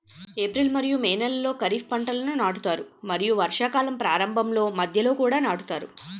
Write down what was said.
April మరియు May నెలలో ఖరీఫ్ పంటలను నాటుతారు మరియు వర్షాకాలం ప్రారంభంలో మధ్యలో కూడా నాటుతారు